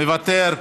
מוותר.